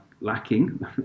lacking